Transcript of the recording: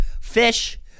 Fish